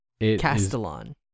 Castellan